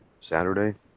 Saturday